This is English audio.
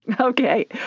Okay